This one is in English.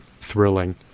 thrilling